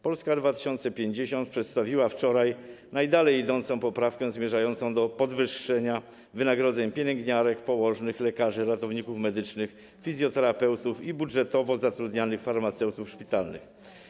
Polska 2050 przedstawiła wczoraj najdalej idącą poprawkę zmierzającą do podwyższenia wynagrodzeń pielęgniarek, położnych, lekarzy, ratowników medycznych, fizjoterapeutów i budżetowo zatrudnianych farmaceutów szpitalnych.